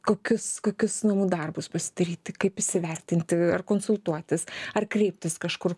kokius kokius namų darbus pasidaryti kaip įsivertinti ar konsultuotis ar kreiptis kažkur